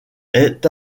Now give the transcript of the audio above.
est